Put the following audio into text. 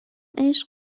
عشق